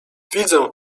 widzę